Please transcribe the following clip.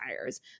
tires